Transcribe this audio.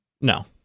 No